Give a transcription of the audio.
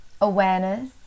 awareness